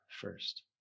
first